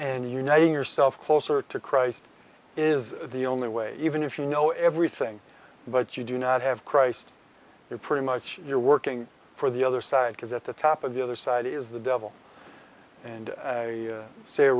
uniting yourself closer to christ is the only way even if you know everything but you do not have christ you're pretty much you're working for the other side because at the top of the other side is the devil and they say a